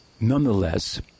Nonetheless